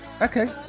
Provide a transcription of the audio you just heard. Okay